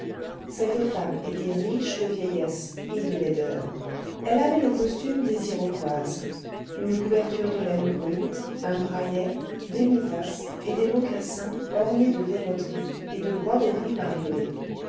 cette femme était riche de vieillesse et de laideur elle avait le costume des iroquoises une couverture de laine brune un brayet des mitas et des mocassins ornés de verroteries et de broderies bariolées